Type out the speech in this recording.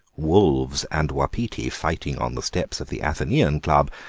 wolves and wapiti fighting on the steps of the athenaeum club,